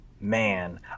Man